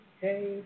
hey